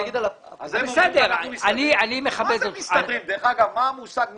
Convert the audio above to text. דרך אגב, מה המושג מסתדרים?